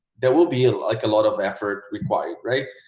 there will be like a lot of effort required right.